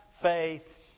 faith